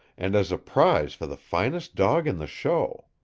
and as a prize for the finest dog in the show.